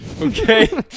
okay